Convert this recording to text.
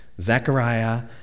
Zechariah